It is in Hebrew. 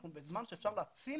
אנחנו בזמן שאפשר להציל,